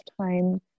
time